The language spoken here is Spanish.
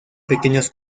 pequeños